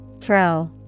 Throw